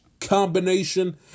combination